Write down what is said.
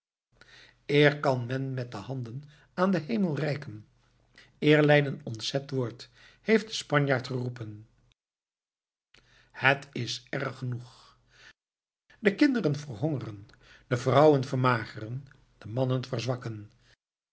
eer kan men met de handen aan den hemel reiken eer leiden ontzet wordt heeft de spanjaard geroepen het is erg genoeg de kinderen verhongeren de vrouwen vermageren de mannen verzwakken